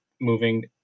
moving